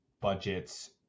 budgets